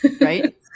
Right